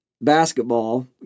basketball